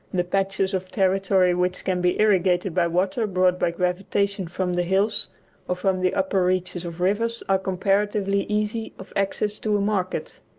the patches of territory which can be irrigated by water brought by gravitation from the hills or from the upper reaches of rivers are comparatively easy of access to a market.